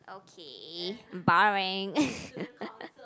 okay boring